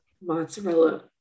mozzarella